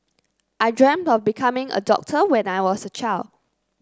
I dreamt of becoming a doctor when I was a child